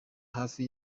hafi